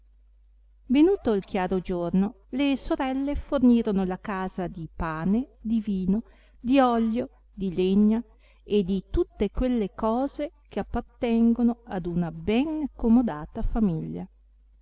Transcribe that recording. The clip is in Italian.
venuto il chiaro giorno le sorelle fornirono la casa di pane di vino di oglio di legna e di tutte quelle cose che appartengono ad una ben accomodata famiglia